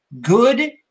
good